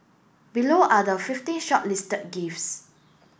below are the fifteen shortlisted gifts